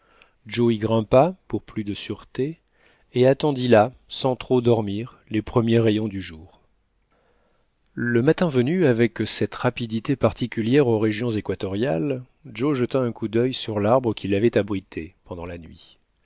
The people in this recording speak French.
y grimpa pour plus de sûreté et attendit là sans trop dormir les premiers rayons du jour le matin venu avec cette rapidité particulière aux régions équatoriales joe jeta un coup d'il sur l'arbre qui l'avait abrité pendant la nuit